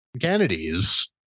kennedys